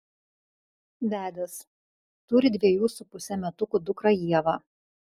vedęs turi dviejų su puse metukų dukrą ievą